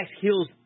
heals